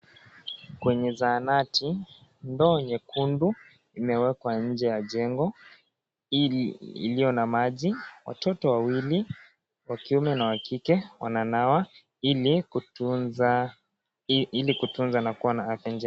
Kwenye zaanati, ndoo nyekundu, imewekwa nje ya jengo, iliyo na maji. Watoto wawili wa kiume na wa kike, wananawa ili kutunza na kuwa na afya njema.